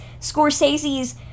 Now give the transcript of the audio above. Scorsese's